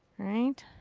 right.